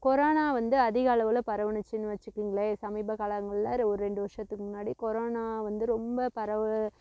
corona வந்து அதிகளவில் பரவுணுச்சுனு வச்சிக்குங்களேன் சமீப காலங்களில் ஒரு ரெண்டு வருஷத்துக்கு முன்னாடி கொரோனா வந்து ரொம்ப பரவ